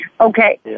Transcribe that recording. Okay